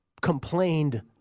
complained